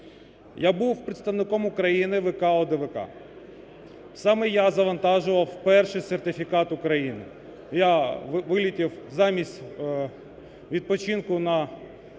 Я був представником України в …… Саме я завантажував перший сертифікат України, я вилетів, замість відпочинку, на